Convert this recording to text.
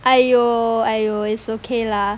!aiyo! !aiyo! is okay lah